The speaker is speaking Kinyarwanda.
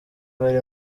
bari